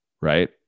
right